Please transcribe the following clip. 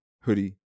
hoodie